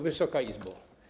Wysoka Izbo!